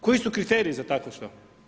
Koji su kriteriji za takvo što?